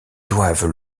doivent